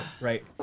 Right